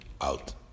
out